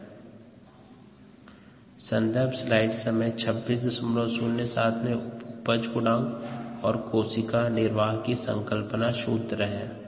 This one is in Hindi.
rpαrxβx सन्दर्भ स्लाइड समय 2607 में उपज गुणांक और कोशिका निर्वाह की संकल्पना सूत्र है